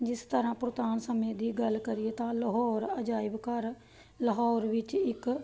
ਜਿਸ ਤਰ੍ਹਾਂ ਪੁਰਾਤਨ ਸਮੇਂ ਦੀ ਗੱਲ ਕਰੀਏ ਤਾਂ ਲਾਹੌਰ ਅਜਾਇਬ ਘਰ ਲਾਹੌਰ ਵਿੱਚ ਇੱਕ